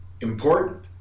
important